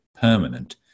permanent